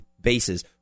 bases